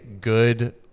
good